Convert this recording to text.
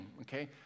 okay